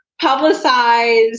publicized